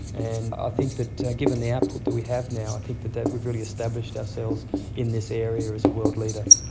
and i think that given the output that we have now i think that that we have really established ourselves in this area as a world leader.